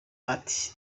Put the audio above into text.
ati